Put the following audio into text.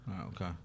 okay